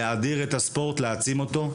להאדיר את הספורט, להעצים אותו.